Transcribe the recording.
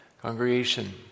Congregation